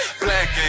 Black